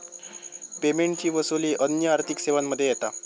पेमेंटची वसूली अन्य आर्थिक सेवांमध्ये येता